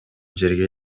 жерге